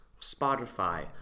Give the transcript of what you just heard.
Spotify